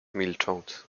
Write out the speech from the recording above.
milcząc